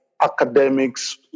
academics